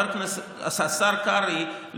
השר קרעי,